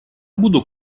буду